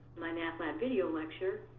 mymathlab video lecture,